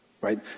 Right